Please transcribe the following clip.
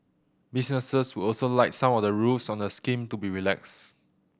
businesses would also like some of the rules on the scheme to be relaxed